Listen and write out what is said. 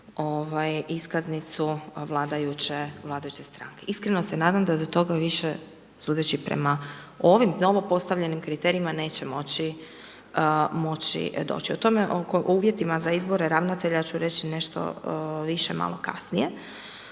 iskaznicu vladajuće stranke. Iskreno se nadam, da do toga više, sudeći prema ovim novo postavljenim kriterijima, neće moći doći. U tome oko uvjeta za izbora ravnatelja ću reći nešto više malo kasnije.